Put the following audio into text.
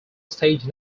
stage